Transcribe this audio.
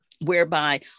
whereby